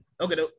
Okay